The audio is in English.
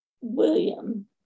William